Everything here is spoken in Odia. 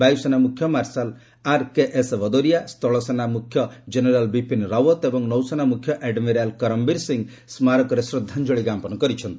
ବାୟୁସେନାମୁଖ୍ୟ ମାର୍ଶାଲ୍ ଆର୍କେଏସ୍ ଭାଦୌରିଆ ସ୍ଥଳସେନା ମୁଖ୍ୟ ଜେନେରାଲ୍ ବିପିନ୍ ରାଓ୍ବତ୍ ଓ ନୌସେନା ମୁଖ୍ୟ ଆଡ୍ମିରାଲ୍ କରମ୍ବୀର ସିଂହ ସ୍କାରକୀରେ ଶ୍ରଦ୍ଧାଞ୍ଜଳି ଜ୍ଞାପନ କରିଛନ୍ତି